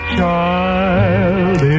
child